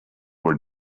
were